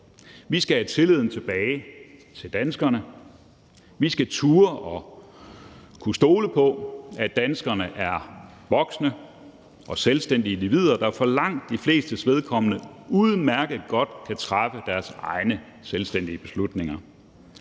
Vi skal have tilliden tilbage til danskerne. Vi skal turde og kunne stole på, at danskerne er voksne og selvstændige individer, der for langt de flestes vedkommende udmærket godt kan træffe deres egne selvstændige beslutninger.